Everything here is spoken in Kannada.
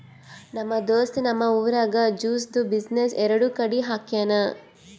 ನಮ್ ದೋಸ್ತ್ ನಮ್ ಊರಾಗ್ ಜ್ಯೂಸ್ದು ಬಿಸಿನ್ನೆಸ್ ಎರಡು ಕಡಿ ಹಾಕ್ಯಾನ್